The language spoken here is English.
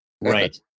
Right